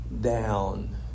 down